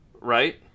right